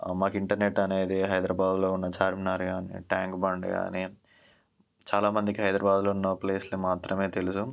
మాకు ఇంటర్నెట్ అనేది హైదరాబాద్లో ఉన్న చార్మినార్ కాని ట్యాంక్ బండ్ కాని చాలా మందికి హైదరాబాదులో ఉన్న ప్లేస్లు మాత్రమే తెలుసు